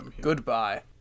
Goodbye